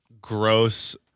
gross